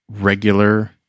regular